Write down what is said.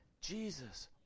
Jesus